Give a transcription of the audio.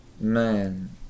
man